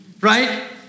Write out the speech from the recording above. right